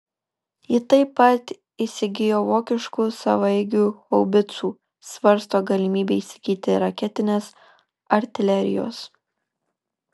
ji taip pat įsigijo vokiškų savaeigių haubicų svarsto galimybę įsigyti raketinės artilerijos